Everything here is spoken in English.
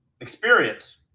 experience –